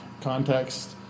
context